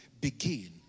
begin